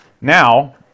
Now